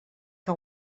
que